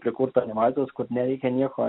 prikurta animacijos kur nereikia nieko